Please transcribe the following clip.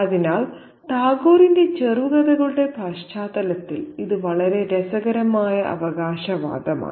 അതിനാൽ ടാഗോറിന്റെ ചെറുകഥകളുടെ പശ്ചാത്തലത്തിൽ ഇത് വളരെ രസകരമായ അവകാശവാദമാണ്